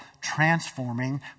transforming